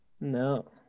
no